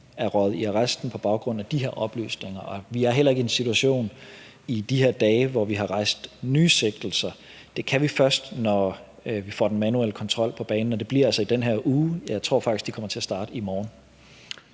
er røget i arresten på baggrund af de her oplysninger. Og vi er heller ikke i en situation i de her dage, hvor vi har rejst nye sigtelser. Det kan vi først, når vi får den manuelle kontrol på banen, og det bliver altså i den her uge – jeg tror faktisk, at de kommer til at starte i morgen.